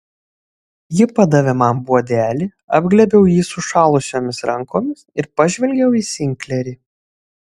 ji padavė man puodelį apglėbiau jį sušalusiomis rankomis ir pažvelgiau į sinklerį